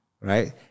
right